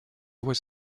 was